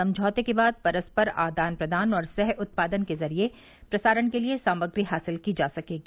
समझौते के बाद परस्पर आदान प्रदान और सह उत्पादन के जरिये प्रसारण के लिए सामग्री हासिल की जा सकेगी